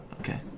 Okay